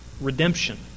Redemption